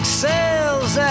sails